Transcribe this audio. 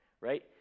Right